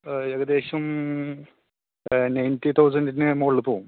ഏകദേശം നയൻറ്റി തൗസൻഡിന്റെ മോളിൽ പോവും